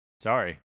Sorry